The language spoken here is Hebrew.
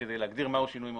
כדי להגדיר מהו שינוי מהותי,